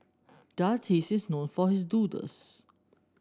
the artist is known for his doodles